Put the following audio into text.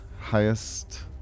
highest